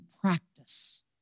practice